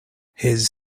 his